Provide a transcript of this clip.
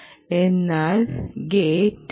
ഇതാണ് ഗേറ്റ്